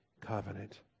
covenant